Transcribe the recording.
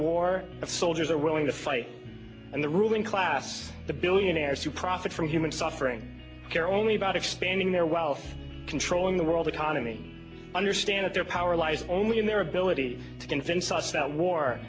of soldiers are willing to fight and the ruling class the billionaires who profit from human suffering care only about expanding their wealth controlling the world economy understand that their power lies only in their ability to convince us that war